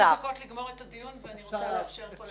דקות עד לסיים את הדיון ואני רוצה לאפשר לנוכחים.